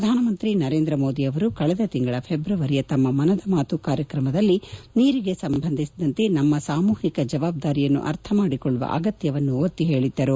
ಪ್ರಧಾನಮಂತ್ರಿ ನರೇಂದ ಮೋದಿಯವರು ಕಳೆದ ತಿಂಗಳು ಫೆಬ್ರವರಿಯ ತಮ್ಮ ಮನದ ಮಾತು ಕಾರ್ಯಕ್ರಮದಲ್ಲಿ ನೀರಿಗೆ ಸಂಬಂಧಿಸಿದಂತೆ ನಮ್ಮ ಸಾಮೂಹಿಕ ಜವಾಬ್ದಾರಿಯನ್ನು ಅರ್ಥಮಾಡಿಕೊಳ್ಳುವ ಅಗತ್ಯವನ್ನು ಒತ್ತಿ ಹೇಳಿದ್ದರು